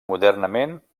modernament